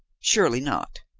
surely not.